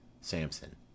Samson